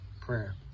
prayer